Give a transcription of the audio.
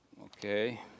Okay